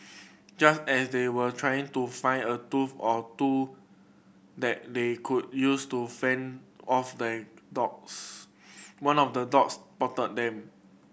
just as they were trying to find a tool or two that they could use to fend off the dogs one of the dogs spotted them